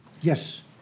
yes